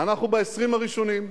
אני קורא אותך לסדר פעם ראשונה.